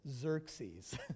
Xerxes